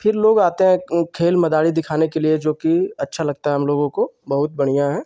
फिर लोग आते हैं खेल मदारी दिखाने लिए जोकि अच्छा लगता है हमलोगों को बहुत बढ़ियाँ है